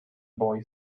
boy